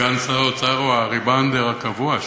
סגן שר האוצר הוא הריבאונדר הקבוע שלי.